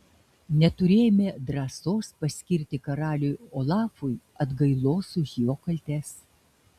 neturėjome drąsos paskirti karaliui olafui atgailos už jo kaltes